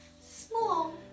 Small